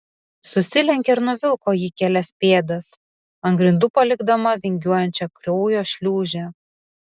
susilenkė ir nuvilko jį kelias pėdas ant grindų palikdama vingiuojančią kraujo šliūžę